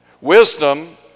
Wisdom